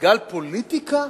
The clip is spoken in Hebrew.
שבגלל פוליטיקה,